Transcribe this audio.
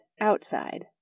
outside